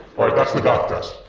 that's the goth test.